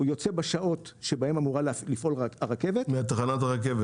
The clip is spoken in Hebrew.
הוא יוצא בשעות שבהן אמורה לפעול הרכבת --- מתחנת הרכבת?